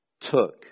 took